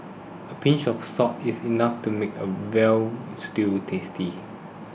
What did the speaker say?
a pinch of salt is enough to make a Veal Stew tasty